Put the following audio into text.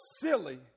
silly